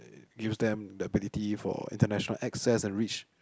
uh use them the ability for international access and reach